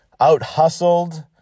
out-hustled